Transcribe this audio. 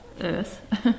Earth